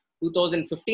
2015